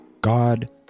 God